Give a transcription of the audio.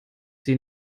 sie